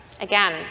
again